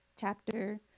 chapter